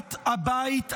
שהנהגת הבית הזה,